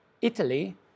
Italy